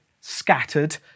scattered